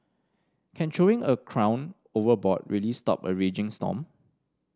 can throwing a crown overboard really stop a raging storm